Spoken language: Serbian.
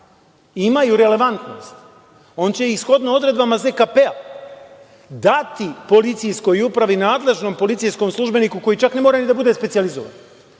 imaju relevantnost, on će i shodno odredbama ZKP dati policijskoj upravi, nadležnom policijskom službeniku, koji čak ne mora da bude specijalizovan,